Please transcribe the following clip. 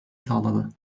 sağladı